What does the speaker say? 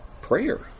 prayer